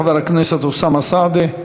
חבר הכנסת אוסאמה סעדי.